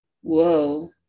Whoa